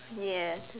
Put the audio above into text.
ya